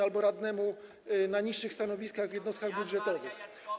albo radnemu na niższych stanowiskach w jednostkach budżetowych.